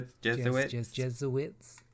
Jesuits